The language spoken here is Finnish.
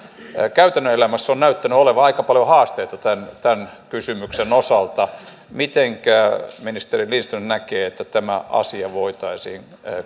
käytännön elämässä on näyttänyt olevan aika paljon haasteita tämän tämän kysymyksen osalta mitenkä ministeri lindström näkee että tämä asia voitaisiin